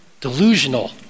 delusional